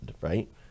right